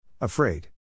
Afraid